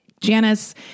Janice